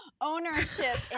ownership